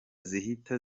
zihita